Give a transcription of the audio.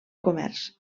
comerç